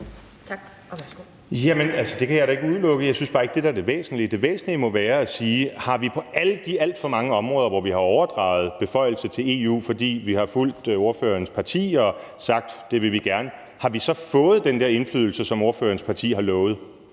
det kan jeg da ikke udelukke, jeg synes bare ikke, at det er det, der er det væsentlige. Det væsentlige må være at spørge: Har vi på alle de alt for mange områder, hvor vi har overdraget beføjelser til EU, fordi vi har fulgt ordførerens parti og sagt, at det vil vi gerne, så fået den indflydelse, som ordførerens parti har lovet?